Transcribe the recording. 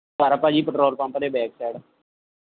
ਘਰ ਭਾਜੀ petrol pump ਦੇ ਬੈਕ ਸੈਡ